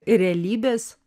ir realybės